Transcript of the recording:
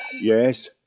Yes